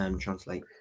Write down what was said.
Translate